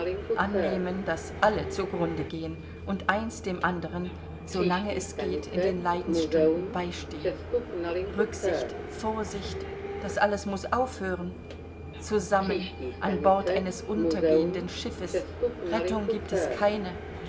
annehmen daß alle zu grunde gehen und eins dem anderen so lange es geht in den leidensstunden beistehen rücksicht vorsicht das alles muß aufhören zusammen an bord eines untergehenden schiffes rettung gibt es keine